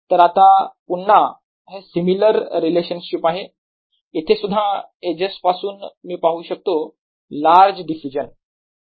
तर आता पुन्हा हे सिमिलर रिलेशनशिप आहे इथेसुद्धा एजेस पासून मी पाहू शकतो लार्ज डिफ्युजन